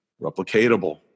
replicatable